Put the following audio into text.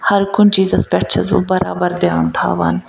ہر کُنہِ چیٖزَس پٮ۪ٹھ چھَس بہٕ برابر دھیان تھاوان